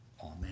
Amen